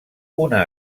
una